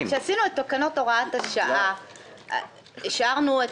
כשעשינו את תקנות הוראת השעה השארנו את